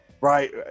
right